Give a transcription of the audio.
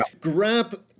grab